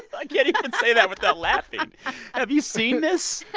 i can't even say that without laughing have you seen this?